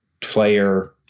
player